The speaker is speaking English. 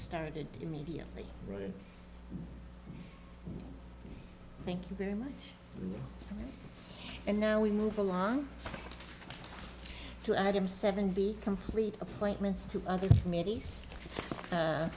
started immediately right thank you very much and now we move along to adam seven b complete appointments to other committees